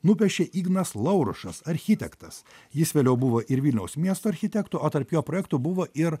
nupiešė ignas laurušas architektas jis vėliau buvo ir vilniaus miesto architektu o tarp jo projektų buvo ir